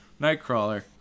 Nightcrawler